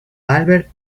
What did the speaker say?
albert